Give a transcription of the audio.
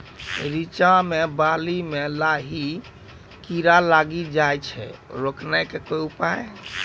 रिचा मे बाली मैं लाही कीड़ा लागी जाए छै रोकने के उपाय?